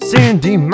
Sandy